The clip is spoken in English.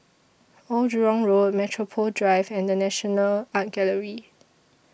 Old Jurong Road Metropole Drive and The National Art Gallery